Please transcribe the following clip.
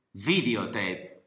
videotape